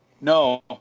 No